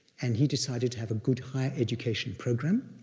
and he decided to have a good higher education program,